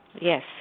Yes